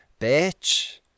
bitch